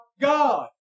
God